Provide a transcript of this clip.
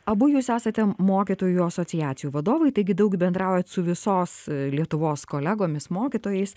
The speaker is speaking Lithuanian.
abu jūs esate mokytojų asociacijų vadovai taigi daug bendraujat su visos lietuvos kolegomis mokytojais